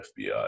FBI